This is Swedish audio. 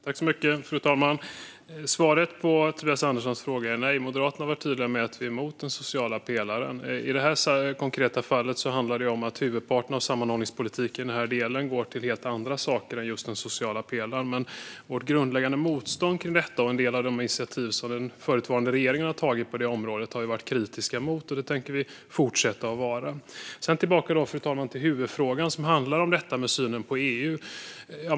Fru talman! Svaret på Tobias Anderssons fråga är nej. Moderaterna har varit tydliga med att vi är emot den sociala pelaren. I detta konkreta fall handlar det om att huvudparten av sammanhållningspolitiken i denna del går till helt andra saker än just den sociala pelaren. Men Moderaterna är i grunden emot detta. En del av de initiativ som den förutvarande regeringen har tagit på detta område har vi varit kritiska till, och det tänker vi fortsätta att vara. Jag går tillbaka till huvudfrågan, fru talman, som handlar om synen på EU.